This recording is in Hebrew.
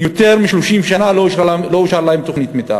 יותר מ-30 שנה לא אושרה להם תוכנית מתאר.